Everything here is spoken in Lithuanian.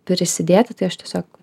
prisidėti tai aš tiesiog